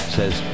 says